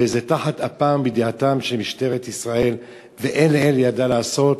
וזה תחת אפה ובידיעתה של משטרת ישראל ואין לאל ידה לעשות.